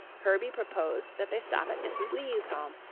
herbie proposed that they stop at mrs. lee's home,